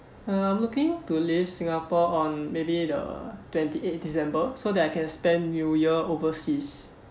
uh I'm looking to leave singapore on maybe the twenty eight december so that I can spend new year overseas